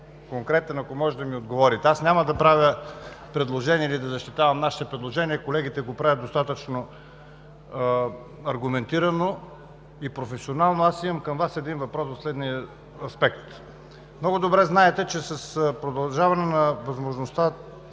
към Вас, ако можете да ми отговорите. Няма да правя предложение или да защитавам нашите предложения, колегите го правят достатъчно аргументирано и професионално. Имам към Вас един въпрос в следния аспект. Много добре знаете, че с продължаване на възможността